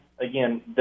again